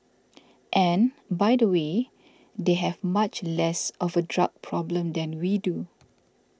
and by the way they have much less of a drug problem than we do